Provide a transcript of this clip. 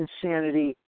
insanity